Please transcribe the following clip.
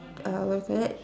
err what we call that